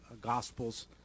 Gospels